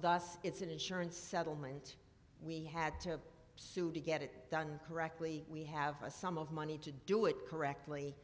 thus it's an insurance settlement we had to sue to get it done correctly we have a sum of money to do it correctly